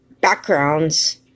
backgrounds